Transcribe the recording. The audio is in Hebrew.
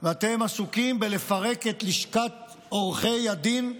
ואתם עסוקים בלפרק את לשכת עורכי הדין,